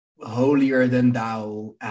holier-than-thou